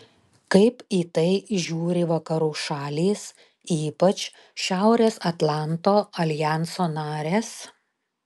kaip į tai žiūri vakarų šalys ypač šiaurės atlanto aljanso narės